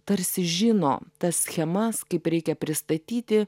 tarsi žino tas schemas kaip reikia pristatyti